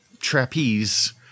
trapeze